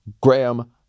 graham